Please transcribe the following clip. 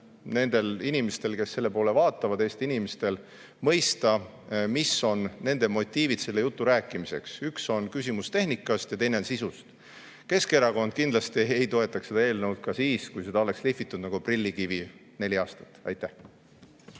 nendel inimestel, kes selle poole vaatavad, Eesti inimestel mõista, mis on nende motiivid selle jutu rääkimiseks. Üks küsimus on tehnika kohta ja teine on sisu kohta. Keskerakond kindlasti ei toetaks seda eelnõu ka siis, kui seda oleks neli aastat lihvitud nagu prillikivi. Aitäh! Aitäh!